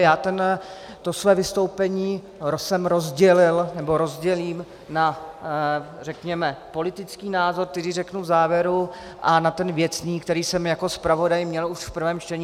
Já jsem to svoje vystoupení rozdělil, nebo rozdělím na, řekněme, politický názor, který řeknu v závěru, a na ten věcný, který jsem jako zpravodaj měl už v prvém čtení.